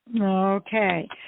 Okay